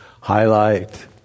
highlight